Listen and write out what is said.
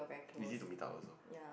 easy to meet up also